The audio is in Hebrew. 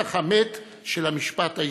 כשטח המת של המשפט הישראלי.